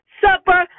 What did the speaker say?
supper